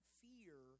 fear